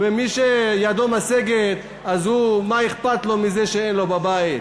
מי שידו משגת, מה אכפת לו מזה שאין לו בבית?